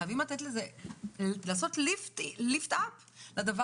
חייבים לנסות להרים את המקצוע הזה,